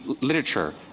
literature